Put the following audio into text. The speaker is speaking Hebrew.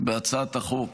בהצעת החוק